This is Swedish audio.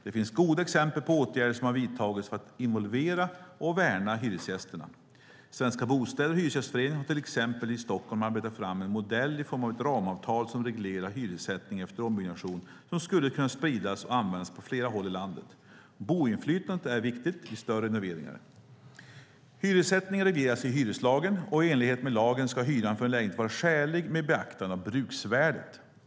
Det finns goda exempel på åtgärder som har vidtagits för att involvera och värna hyresgästerna. Svenska Bostäder och Hyresgästföreningen har till exempel i Stockholm arbetat fram en modell i form av ett ramavtal som reglerar hyressättningen efter ombyggnation som skulle kunna spridas och användas på flera håll i landet. Boendeinflytandet är viktigt vid större renoveringar. Hyressättningen regleras i hyreslagen, och i enlighet med lagen ska hyran för en lägenhet vara skälig med beaktande av bruksvärdet.